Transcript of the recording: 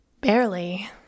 Barely